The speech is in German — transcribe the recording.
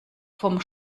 vom